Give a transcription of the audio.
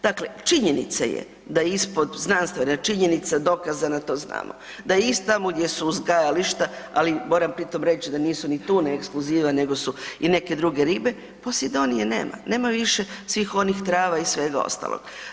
Dakle, činjenica je da ispod znanstvena činjenica, dokazana, to znamo, da i tamo gdje su uzgajališta, ali moram pritom reći da nisu ni tune ekskluziva nego su i neke druge ribe, posidonije nema, nema više svih onih trava i svega ostalog.